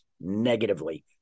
negatively